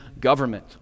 government